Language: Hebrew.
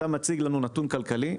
אתה מציג לנו נתון כלכלי,